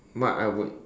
what I would